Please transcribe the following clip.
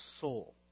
Soul